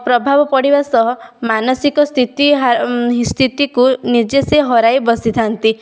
ପ୍ରଭାବ ପଡ଼ିବା ସହ ମାନସିକ ସ୍ଥିତି ହା ସ୍ଥିତିକୁ ନିଜେ ସେ ହରାଇ ବସିଥାନ୍ତି